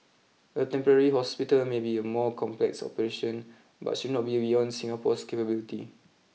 a temporary hospital may be a more complex operation but should not be beyond Singapore's capability